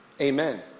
Amen